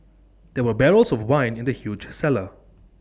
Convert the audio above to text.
there were barrels of wine in the huge cellar